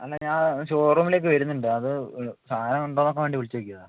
എന്നാൽ ഞാൻ ഷോ റൂമിലേക്ക് വരുന്നുണ്ട് അത് സാധനമുണ്ടോന്ന് നോക്കാൻ വേണ്ടി വിളിച്ച് നോക്കിയതാണ്